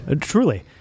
Truly